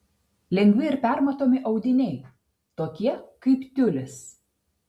lengvi ir permatomi audiniai tokie kaip tiulis